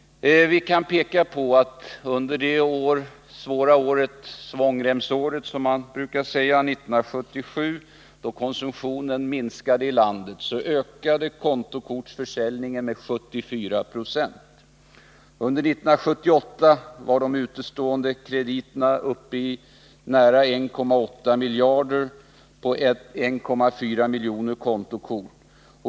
Vi kan peka på att kontokortsförsäljningen under det svåra året 1977, ”svångremsåret”, då konsumtionen i landet minskade, ökade med 74 9o. Under 1978 var utestående krediter uppe i nära 1,8 miljarder på 1,4 miljoner kontokort.